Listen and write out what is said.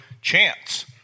chance